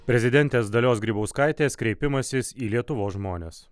prezidentės dalios grybauskaitės kreipimasis į lietuvos žmones